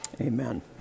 Amen